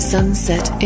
Sunset